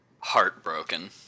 heartbroken